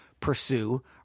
pursue